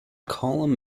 column